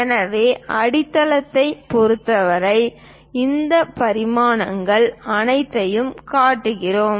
எனவே அடித்தளத்தைப் பொறுத்தவரை இந்த பரிமாணங்கள் அனைத்தையும் காட்டுகிறோம்